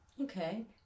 Okay